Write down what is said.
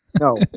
No